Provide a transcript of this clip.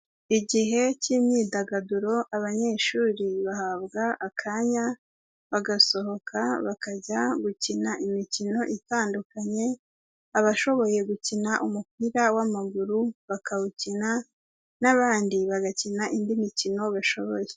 Igihe cy'imyidagaduro abanyeshuri bahabwa akanya bagasohoka bakajya gukina imikino itandukanye, abashoboye gukina umupira w'amaguru bakawukina n'abandi bagakina indi mikino bashoboye.